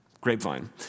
grapevine